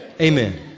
Amen